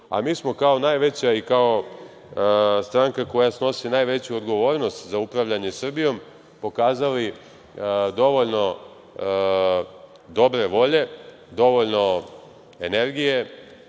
a mi smo kao najveća i kao stranka koja snosi najveću odgovornost za upravljanje Srbijom pokazali dovoljno dobre volje, dovoljno energije